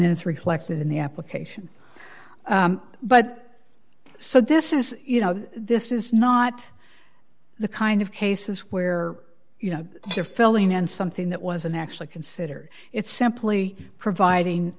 then it's reflected in the application but so this is you know this is not the kind of cases where you know you're filling in something that wasn't actually considered it simply providing